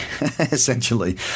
essentially